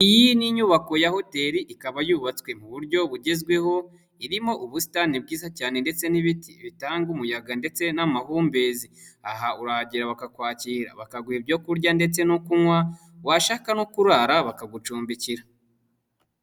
Iyi ni inyubako ya hoteli ikaba yubatswe mu buryo bugezweho, irimo ubusitani bwiza cyane ndetse n'ibiti bitanga umuyaga ndetse n'amahumbezi, aha urahagera bakakwakira bakaguha ibyorya ndetse no kunywa washaka no kurara bakagucumbikira.